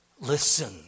listen